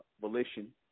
volition